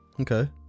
Okay